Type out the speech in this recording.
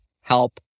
help